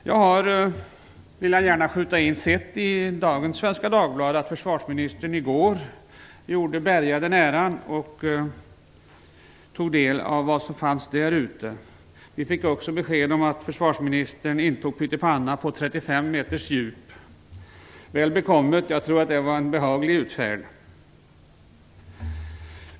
Jag har - vill jag gärna skjuta in - sett i dagens SvD att försvarsministern i går gjorde Berga den äran och tog del av vad som fanns där ute. Vi fick också besked om att försvarsministern intog pytt i panna på 35 m djup. Väl bekommet! Jag tror att det var en behaglig utfärd.